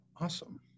Awesome